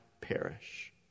perish